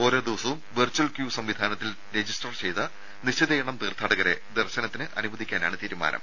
ഓരോ ദിവസവും virtual queue സംവിധാനത്തിൽ രജിസ്റ്റർ ചെയ്ത നിശ്ചിത എണ്ണം തീർത്ഥാടകരെ ദർശനത്തിന് അനുവദിക്കാനാണ് തീരുമാനം